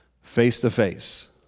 face-to-face